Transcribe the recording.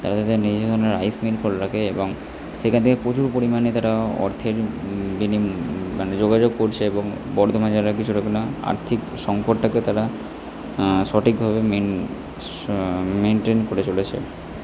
তারা তাদের নিজেদের জন্য রাইস মিল খুলে রাখে এবং সেখান থেকে প্রচুর পরিমাণে তারা অর্থের মানে যোগাযোগ করছে এবং বর্ধমানে আর্থিক সংকটটাকে তারা সঠিকভাবে মেন্টেন করে চলেছে